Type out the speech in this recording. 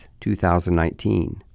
2019